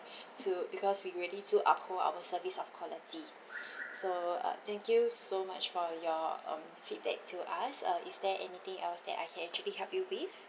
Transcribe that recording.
to because we already do uphold our service of quality so uh thank you so much for your um feedback to us uh is there anything else that I can actually help you with